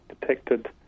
detected